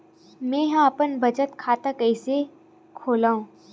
मेंहा अपन बचत खाता कइसे खोलव?